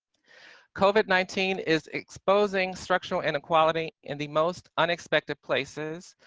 covid nineteen is exposing structural inequality in the most unexpected places,